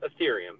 ethereum